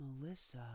Melissa